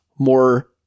More